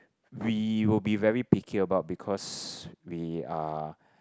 we will be very picky about because we are